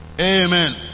Amen